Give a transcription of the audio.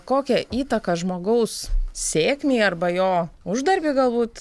kokią įtaką žmogaus sėkmei arba jo uždarbiui galbūt